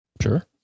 Sure